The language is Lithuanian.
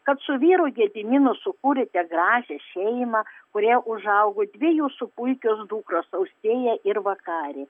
kad su vyru gediminu sukūrėte gražią šeimą kurie užaugo dvi jūsų puikios dukros austėja ir vakarė